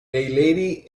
lady